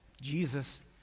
Jesus